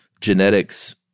genetics